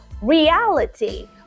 reality